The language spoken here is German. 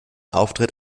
auftritt